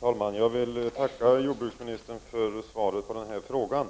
Herr talman! Jag vill tacka jordbruksministern för svaret på min fråga.